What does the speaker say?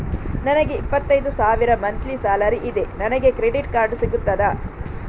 ನನಗೆ ಇಪ್ಪತ್ತೈದು ಸಾವಿರ ಮಂತ್ಲಿ ಸಾಲರಿ ಇದೆ, ನನಗೆ ಕ್ರೆಡಿಟ್ ಕಾರ್ಡ್ ಸಿಗುತ್ತದಾ?